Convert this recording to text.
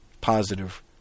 positive